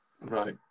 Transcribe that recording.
Right